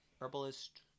Herbalist